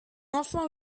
enfant